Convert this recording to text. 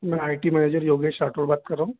मैं I T manager Yogesh Rathod बात कर रहा हूँ